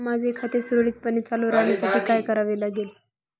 माझे खाते सुरळीतपणे चालू राहण्यासाठी काय करावे लागेल?